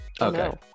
Okay